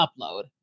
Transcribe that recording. upload